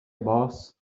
boss